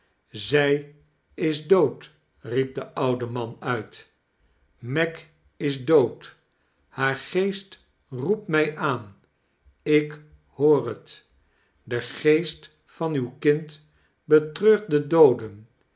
zij is dood riep de oude man nit meg is doocl haar geest roept mij aan ik lioor het i e geest van uw kind betreurt de dooden